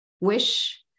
wish